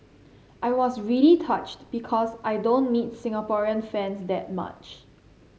I was really touched because I don't meet Singaporean fans that much